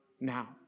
now